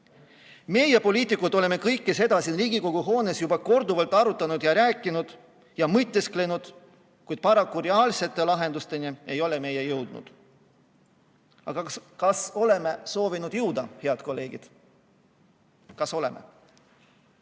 Meie, poliitikud, oleme kõike seda siin Riigikogu hoones juba korduvalt arutanud, oleme rääkinud ja mõtisklenud, kuid paraku reaalsete lahendusteni ei ole me jõudnud. Aga kas oleme soovinud jõuda, head kolleegid? Kas oleme?